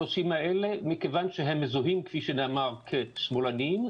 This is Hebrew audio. מכיוון שהם מזוהים כפי שנאמר כשמאלנים,